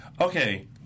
Okay